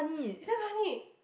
is damn funny